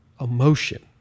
emotion